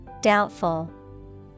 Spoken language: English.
doubtful